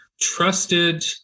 trusted